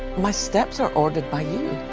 my steps are ordered by you.